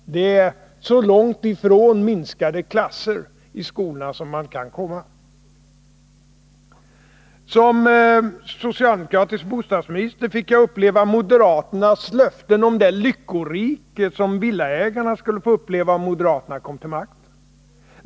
Det är så långt ifrån minskade klasser i skolorna som man kan komma. Som socialdemokratisk bostadsminister fick jag höra moderaternas löften om det lyckorike som villaägarna skulle få uppleva om moderaterna kom till makten.